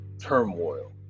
turmoil